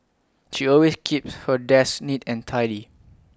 she always keeps her desk neat and tidy